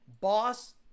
Boss